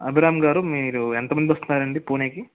అభిరామ్ గారు మీరు ఎంత మంది వస్తున్నారు అండి పూణెకి